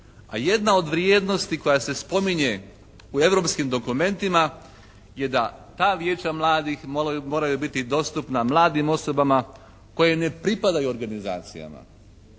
jedna od vrijednosti koja se spominje u europskim dokumentima je da ta vijeća mladih moraju biti dostupna mladim osobama koje ne pripadaju organizacijama.